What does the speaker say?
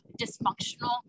dysfunctional